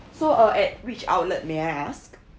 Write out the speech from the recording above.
so uh at which outlet may I ask